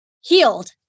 healed